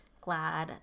glad